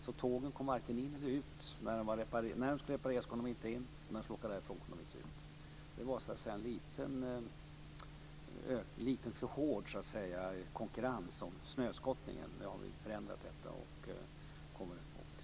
När tågen skulle repareras kom de inte in, och när de skulle åka därifrån kom de inte ut. Det har varit en för hård konkurrens om snöskottningen. Nu har det förändrats, så nu ska även detta klaras.